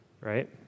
right